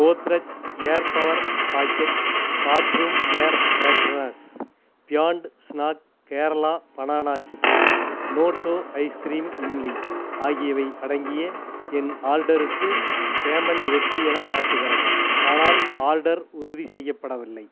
Godrej air power pocket bathroom air fragrance beyond snack Kerala banana chips Noto ice cream imli ஆகியவை அடங்கிய என் ஆர்டர்க்கு பேமண்ட் வெற்றி என காட்டுகிறது ஆனால் ஆர்டர் உறுதி செய்யப்படவில்லை